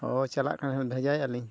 ᱦᱳᱭ ᱪᱟᱞᱟᱜ ᱠᱟᱱᱟᱞᱤᱧ ᱵᱷᱮᱡᱟᱭᱮᱜᱼᱟ ᱞᱤᱧ